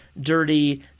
dirty